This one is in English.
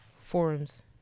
forums